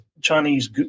Chinese